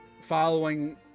following